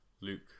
Luke